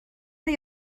منو